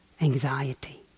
anxiety